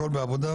הכול בעבודה?